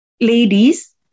ladies